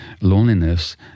loneliness